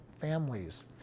families